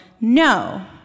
no